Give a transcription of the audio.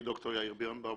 שמי ד"ר יאיר בירנבאום,